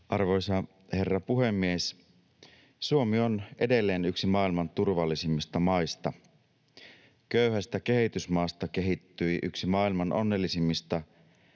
Arvoisa herra puhemies! Suomi on edelleen yksi maailman turvallisimmista maista. Köyhästä kehitysmaasta kehittyi yksi maailman onnellisimmista,